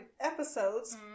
episodes